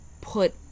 put